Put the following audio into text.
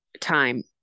time